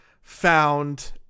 found